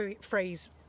phrase